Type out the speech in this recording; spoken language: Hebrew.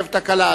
הרכבת הקלה.